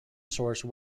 source